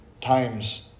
times